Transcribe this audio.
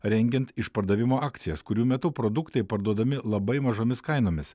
rengiant išpardavimo akcijas kurių metu produktai parduodami labai mažomis kainomis